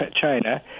China